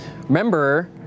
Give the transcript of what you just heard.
Remember